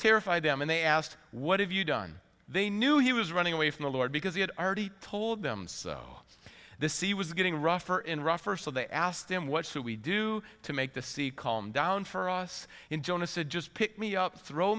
terrified them and they asked what have you done they knew he was running away from the lord because he had already told them so the sea was getting rougher and rougher so they asked him what should we do to make the sea call him down for us in jonah said just pick me up throw